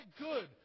good